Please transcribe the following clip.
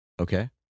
Okay